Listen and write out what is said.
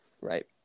Right